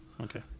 Okay